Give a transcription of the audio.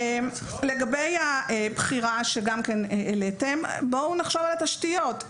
לגבי העניין של בחירת הבדיקות יש לחשוב על התשתיות,